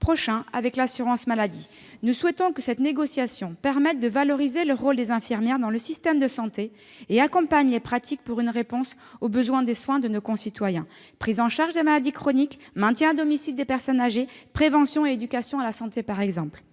prochain avec l'assurance maladie. Nous souhaitons que cette négociation permette de valoriser le rôle des infirmières dans le système de santé et accompagne les pratiques pour une réponse aux besoins de soins de nos concitoyens- prise en charge des maladies chroniques, maintien à domicile des personnes âgées, prévention et éducation à la santé, par exemple.